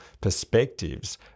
perspectives